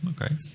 Okay